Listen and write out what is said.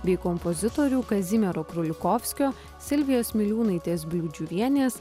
bei kompozitorių kazimiero krulikofskio silvijos miliūnaitės bliūdžiuvienės